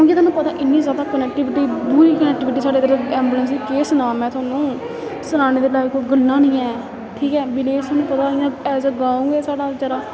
क्योंकि थुआनूं पता इन्नी जादा कनेक्टिविटी बुरी कैक्टिविटी साढ़े इद्धर ऐंबुलेंस दी केह् सनां में थुहानूं सनाने दे लाइक कोई गल्ला निं ऐ ठीक ऐ बिलेज थुआनूं पता ऐ जे एज ए गांव गै साढ़ा बेचारा